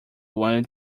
wanted